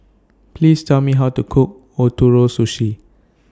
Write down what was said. Please Tell Me How to Cook Ootoro Sushi